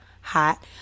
hot